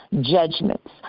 judgments